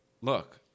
look